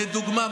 לדוגמה,